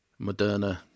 Moderna